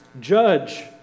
judge